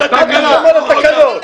אל תחתום על תקנות.